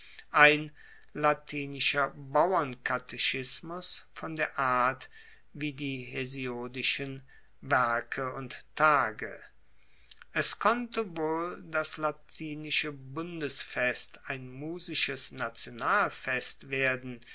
ein latinischer bauernkatechismus von der art wie die hesiodischen werke und tage es konnte wohl das latinische bundesfest ein musisches nationalfest werden